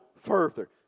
further